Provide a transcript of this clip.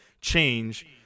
change